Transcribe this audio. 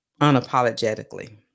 unapologetically